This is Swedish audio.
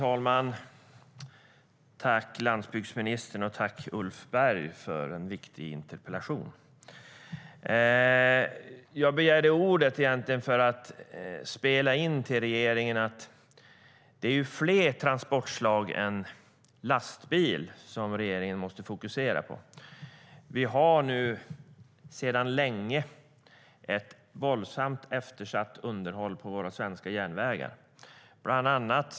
Herr talman! Tack, Ulf Berg, för en viktig interpellation! Jag begärde ordet för att göra ett inspel till regeringen om att det handlar om fler transportslag än lastbil som regeringen måste fokusera på. Sedan länge är underhållet på de svenska järnvägarna våldsamt eftersatt.